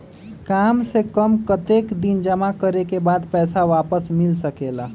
काम से कम कतेक दिन जमा करें के बाद पैसा वापस मिल सकेला?